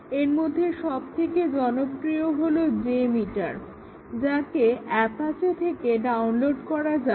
এর মধ্যে সবথেকে জনপ্রিয় হলো j মিটার যাক অ্যাপাচে থেকে ডাউনলোড করা যাবে